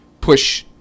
push